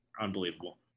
unbelievable